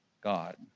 God